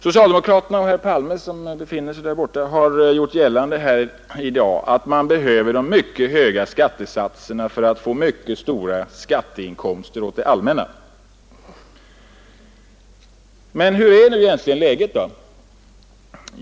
Socialdemokraterna och herr Palme, som befinner sig där borta, har i dag gjort gällande att man behöver de höga skattesatserna för att få mycket stora skatteinkomster åt det allmänna. Men hur är egentligen läget?